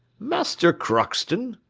master crockston,